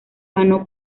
ganó